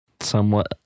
somewhat